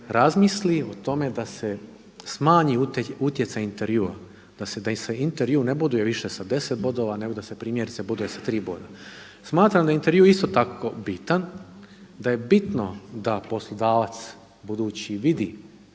razmisli o tome da se smanji utjecaj intervjua, da se intervju više ne boduje sa 10 bodova nego da se primjerice boduje sa tri boda. Smatram da je intervju isto tako bitan, da je bitno da poslodavac budući vidi